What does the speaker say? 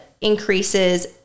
increases